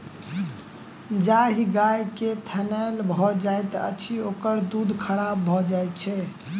जाहि गाय के थनैल भ जाइत छै, ओकर दूध खराब भ जाइत छै